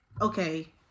okay